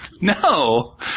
No